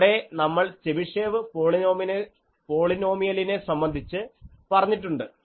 അവിടെ നമ്മൾ ചെബിഷേവ് പോളിനോമിയലിനെ സംബന്ധിച്ച് പറഞ്ഞിട്ടുണ്ട്